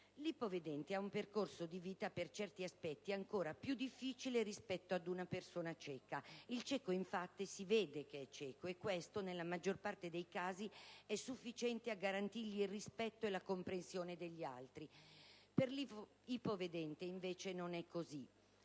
L'ipovedente ha un percorso di vita per certi aspetti ancora più difficile rispetto ad un cieco. Il cieco, infatti, si vede che è cieco, e questo, nella maggior parte dei casi, è sufficiente a garantirgli il rispetto e la comprensione degli altri. Per l'ipovedente invece non è cosi.